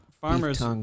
Farmers